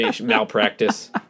malpractice